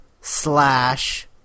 slash